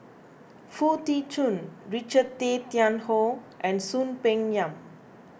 Foo Tee Jun Richard Tay Tian Hoe and Soon Peng Yam